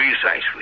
Precisely